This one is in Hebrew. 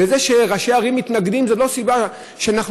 וזה שראשי ערים מתנגדים זה לא סיבה שאנחנו